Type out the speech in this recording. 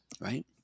right